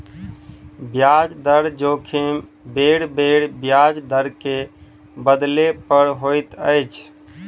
ब्याज दर जोखिम बेरबेर ब्याज दर के बदलै पर होइत अछि